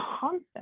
constant